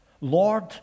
Lord